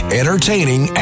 entertaining